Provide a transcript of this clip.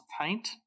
paint